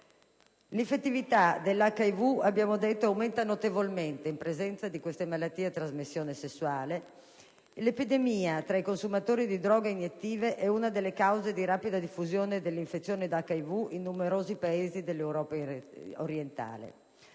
L'infettività dell'HIV aumenta notevolmente in presenza di queste malattie a trasmissione sessuale. L'epidemia tra i consumatori di droghe iniettive è una delle cause della rapida diffusione dell'infezione da HIV in numerosi Paesi dell'Europa orientale.